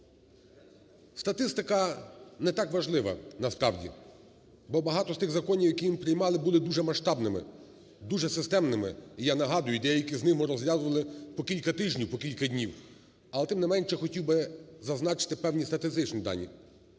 Статистика не так важлива насправді, бо багато з тих законів, які ми приймали, були дуже масштабними, дуже системними. І я нагадую, деякі з них ми розглядали по кілька тижнів, по кілька днів. Але тим не менше хотів би зазначити певні статистичні дані.